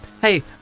hey